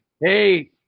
hey